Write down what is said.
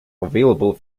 available